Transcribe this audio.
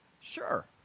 Sure